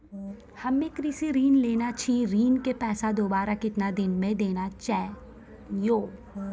हम्मे कृषि ऋण लेने छी ऋण के पैसा दोबारा कितना दिन मे देना छै यो?